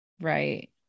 Right